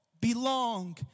belong